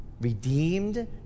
redeemed